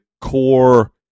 core